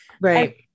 Right